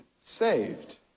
saved